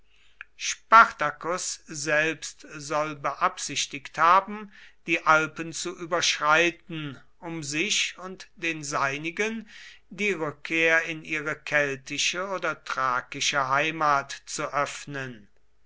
spartacus selbst soll beabsichtigt haben die alpen zu überschreiten um sich und den seinigen die rückkehr in ihre keltische oder thrakische heimat zu öffnen